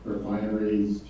Refineries